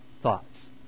thoughts